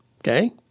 okay